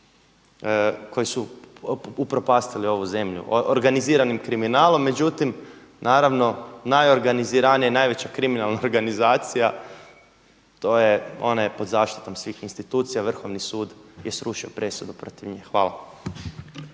koji su upropastili ovu zemlju organiziranim kriminalom. Međutim, naravno najorganiziranija i najveća kriminalna organizacija, ona je pod zaštitom svih institucija, Vrhovni sud je srušio presudu protiv nje. Hvala.